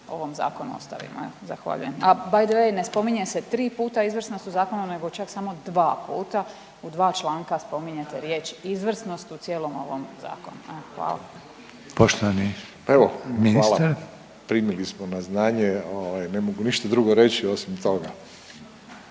ovom zakonu ostavimo. Evo zahvaljujem. A by the way ne spominje se tri puta izvrsnost u zakonu nego čak samo dva puta u dva članka spominjete riječ izvrsnost u cijelom ovom zakonu. Evo hvala. **Reiner, Željko (HDZ)** Poštovani ministre.